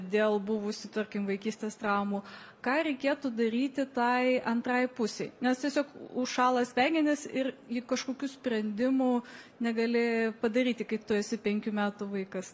dėl buvusių tarkim vaikystės traumų ką reikėtų daryti tai antrąjai pusei nes tiesiog užšąla smegenys ir kažkokių sprendimų negali padaryti kai tu esi penkių metų vaikas